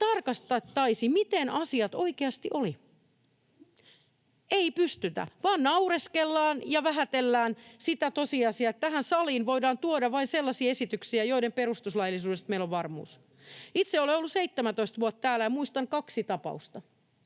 tarkasteltaisiin, miten asiat oikeasti olivat. Ei pystytä, vaan naureskellaan ja vähätellään sitä tosiasiaa, että tähän saliin voidaan tuoda vain sellaisia esityksiä, joiden perustuslaillisuudesta meillä on varmuus. Itse olen ollut 17 vuotta täällä ja muistan kaksi tapausta.